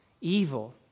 evil